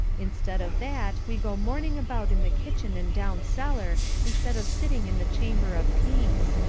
instead of that, we go mourning about in the kitchen and down cellar, instead of sitting in the chamber of peace